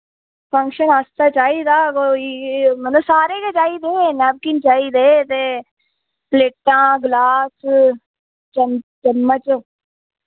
function आस्तै चाहिदा कोई मतलब सारे गै चाहिदे नैपकिन चाहिदे ते प्लेटां ग्लास चम् चम्मच